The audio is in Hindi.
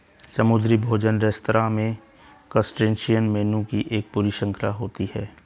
समुद्री भोजन रेस्तरां में क्रस्टेशियन मेनू की एक पूरी श्रृंखला होती है